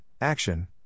action